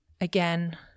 again